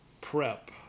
Prep